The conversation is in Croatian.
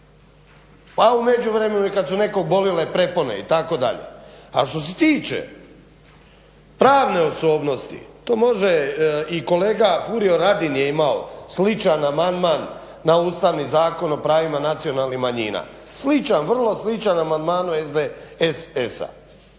i u međuvremenu kad su nekog bolile prepone itd. A što se tiče pravne osobnosti to može i kolega Furio Radin je imao sličan amandman na Ustavni zakon o pravima nacionalnih manjina. Sličan, vrlo sličan amandmanu SDSS-a